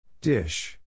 Dish